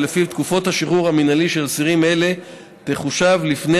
ולפיו תקופת השחרור המינהלי של אסירים אלה תחושב לפי